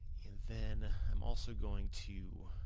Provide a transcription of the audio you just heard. and then i'm also going to